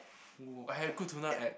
!oo! I had good tuna at